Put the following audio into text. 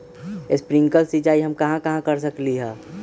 Sprinkle सिंचाई हम कहाँ कहाँ कर सकली ह?